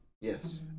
Yes